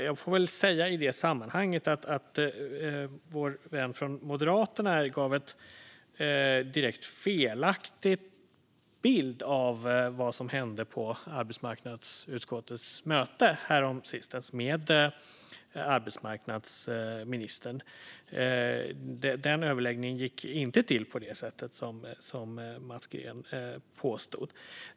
Jag får väl säga i sammanhanget att vår vän från Moderaterna gav en direkt felaktig bild av vad som hände på arbetsmarknadsutskottets möte med arbetsmarknadsministern häromsistens. Den överläggningen gick inte till på det sätt som Mats Green påstod.